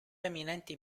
eminenti